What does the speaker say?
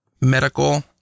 medical